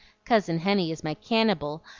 cousin henny is my cannybel,